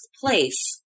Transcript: place